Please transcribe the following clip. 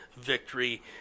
victory